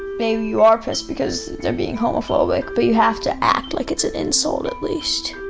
maybe you are pissed because they're being homophobic but you have to act like it's an insult at least.